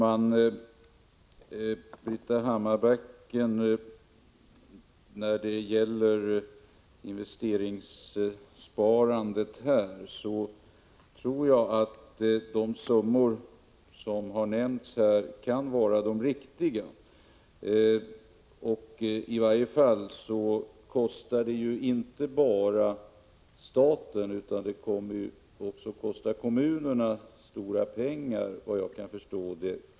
Herr talman! När det gäller investeringssparandet tror jag att de summor som har nämnts kan vara riktiga. Men i varje fall kostar ert förslag till privata investeringskonton inte bara staten, utan också kommunerna stora pengar, såvitt jag kan förstå.